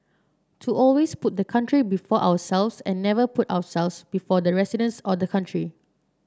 to always put the country before ourselves and never put ourselves before the residents or the country